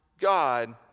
God